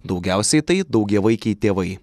daugiausiai tai daugiavaikiai tėvai